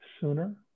sooner